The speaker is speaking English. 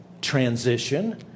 transition